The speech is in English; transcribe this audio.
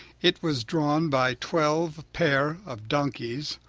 it was drawn by twelve pair of donkeys,